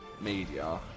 Media